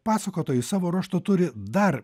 pasakotojai savo ruožtu turi dar